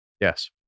Yes